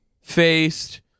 faced